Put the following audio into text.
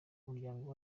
umuryango